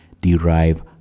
derive